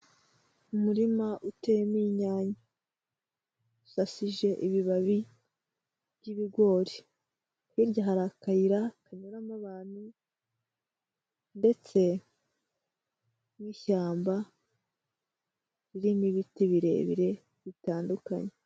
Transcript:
Umurima uteyemo inyanya, usashije ibibabi by'ibigori, hirya hari akayira kanyuramo abantu, ndetse n'ishyamba, ririmo ibiti birebire bitandukanye.